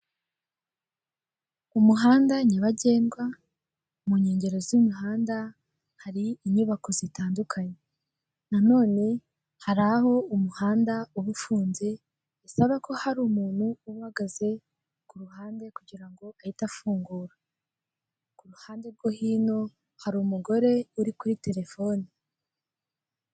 Umuhanda nyabagendwa mu nkengero z'umuhanda hari inyubako zitandukanye, nanone hari aho umuhanda uba ufunze bisaba ko hari umuntu uba uhagaze kuruhsnde kugira ngo ahite afungura ku ruhande rwo hino hari umugore uri kuri terefone.